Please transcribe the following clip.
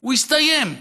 הוא יסתיים.